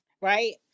right